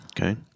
Okay